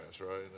right